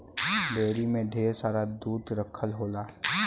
dairy में ढेर सारा दूध रखल होला